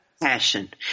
Passion